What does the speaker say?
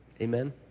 Amen